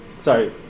Sorry